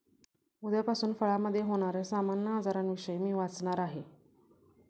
उद्यापासून फळामधे होण्याऱ्या सामान्य आजारांविषयी मी वाचणार आहे